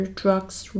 drugs